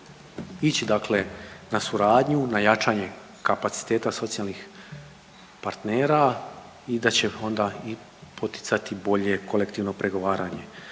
ići dakle na suradnju, na jačanje kapaciteta socijalnih partnera i da će onda i poticati bolje kolektivno pregovaranje.